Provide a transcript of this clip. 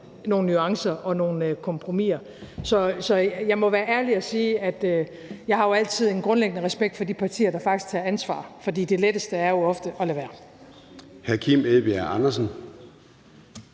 nogle nuancer og nogle kompromiser. Så jeg må være ærlig og sige, at jeg altid har en grundlæggende respekt for de partier, der faktisk tager ansvar, for det letteste er jo ofte at lade være.